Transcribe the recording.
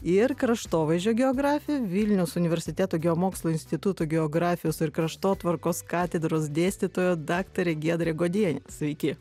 ir kraštovaizdžio geografija vilniaus universiteto geomokslų instituto geografijos ir kraštotvarkos katedros dėstytoja daktarė giedrė godienė sveiki